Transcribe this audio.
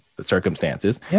circumstances